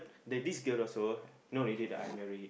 the this girl also not ready the under red hip